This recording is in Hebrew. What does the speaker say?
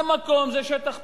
זה מקום, זה שטח פתוח,